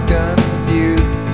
confused